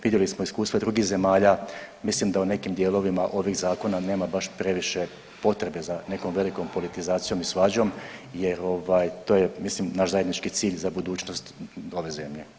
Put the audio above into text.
Vidjeli smo iskustva drugih zemalja, mislim da u nekim dijelovima ovih zakona nema baš previše potrebe za nekom velikom politizacijom i svađom jer ovaj to je mislim naš zajednički cilj za budućnost ove zemlje.